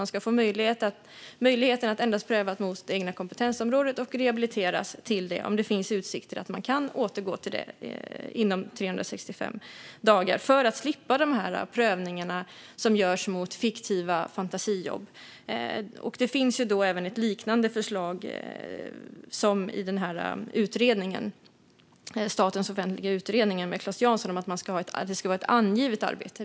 Man ska alltså få möjligheten att endast prövas mot det egna kompetensområdet och rehabiliteras till det om det finns utsikter att man kan återgå till det inom 365 dagar. På så sätt kan man slippa de här prövningarna som görs mot fiktiva fantasijobb. Det finns även ett liknande förslag i utredningen i Statens offentliga utredningar av Claes Jansson om att det ska vara ett angivet arbete.